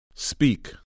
Speak